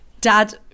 dad